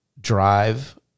drive